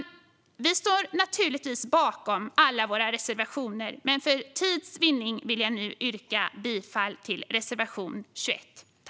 Vi står naturligtvis bakom alla våra reservationer, men för tids vinnande vill jag nu yrka bifall endast till reservation 21.